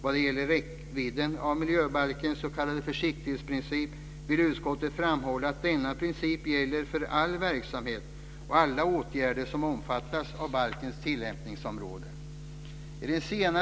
Vad gäller räckvidden av miljöbalkens s.k. försiktighetsprincip vill utskottet framhålla att denna princip gäller för all verksamhet och alla åtgärder som omfattas av balkens tillämpningsområde.